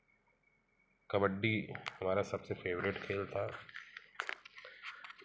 कबड्डी हमारा सबसे फेवरेट खेल था